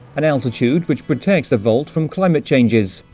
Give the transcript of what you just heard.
an altitude which protects the vault from climate changes,